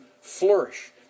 flourish